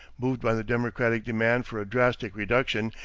moved by the democratic demand for a drastic reduction,